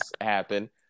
happen